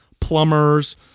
plumbers